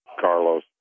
Carlos